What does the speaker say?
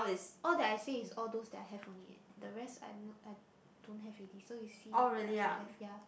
all that I say is all those that I have only eh the rest I I I don't have already so you see what else you have ya